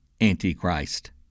Antichrist